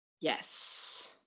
Yes